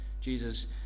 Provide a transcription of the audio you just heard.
Jesus